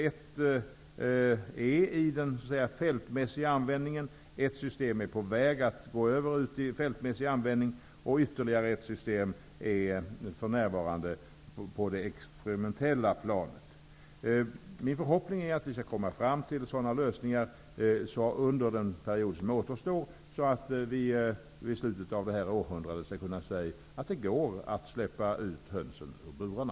Ett system är i fältmässig användning, ett annat system är på väg att gå över i fältmässig användning och ytterligare ett system är för närvarande på det experimentella planet. Min förhoppning är att vi skall komma fram till sådana lösningar under den period som återstår att vi i slutet av detta århundrade skall kunna säga att det går att släppa ut hönsen ur burarna.